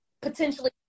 potentially